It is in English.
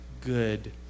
good